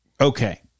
Okay